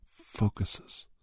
focuses